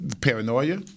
paranoia